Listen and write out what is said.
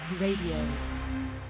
Radio